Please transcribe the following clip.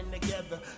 together